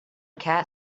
cat